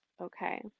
Okay